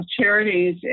charities